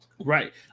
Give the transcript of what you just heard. Right